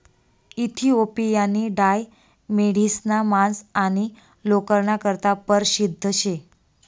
इथिओपियानी डाय मेढिसना मांस आणि लोकरना करता परशिद्ध शे